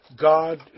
God